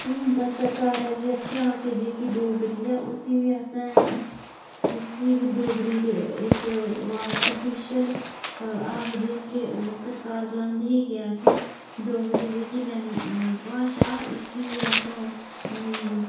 हून तां सरकारै बी आखेआ हा कि जेह्की डोगरी ऐ उसी बी असें उसी बी डोगरी दी इक ओह् आख आफीशियल आखदे न के सरकार गलांदी ऐ कि असें डोगरी जेह्की लैंग भाशा इसी बी असें ओह्